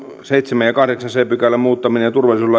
seitsemännen ja kahdeksannen c pykälän muuttaminen ja